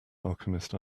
alchemist